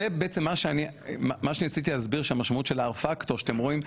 זה בעצם מה שניסיתי להסביר שהמשמעות של ה-R Factor שאתם רואים,